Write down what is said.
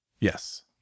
Yes